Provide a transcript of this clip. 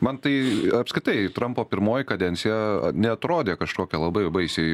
man tai apskritai trampo pirmoji kadencija neatrodė kažkokia labai baisiai